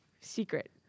secret